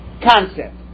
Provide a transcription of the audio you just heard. concept